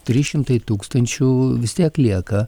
trys šimtai tūkstančių vis tiek lieka